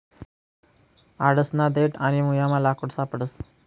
आडसना देठ आणि मुयमा लाकूड सापडस